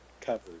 Covered